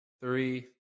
three